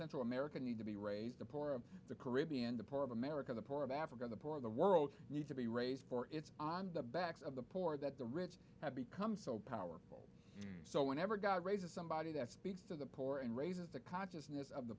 central america need to be raised the poor of the caribbean the poor of america the poor of africa the poor of the world need to be raised for it's on the backs of the poor that the rich have become so powerful so whenever god raises somebody that speaks to the poor and raises the consciousness of the